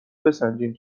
بسنجیم